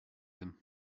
him